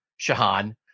Shahan